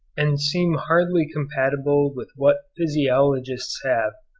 and seem hardly compatible with what physiologists have,